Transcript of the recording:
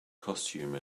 costume